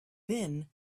then